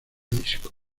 disco